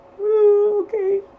okay